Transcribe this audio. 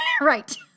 right